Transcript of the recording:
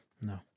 No